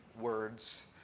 words